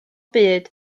byd